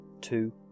Two